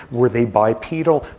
were they bipedal.